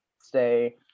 stay